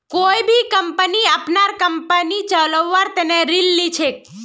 कोई भी कम्पनी अपनार कम्पनी चलव्वार तने ऋण ली छेक